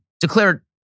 declared